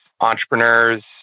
entrepreneurs